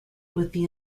within